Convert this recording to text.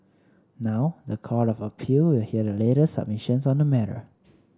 now the Court of Appeal will hear the latest submissions on the matter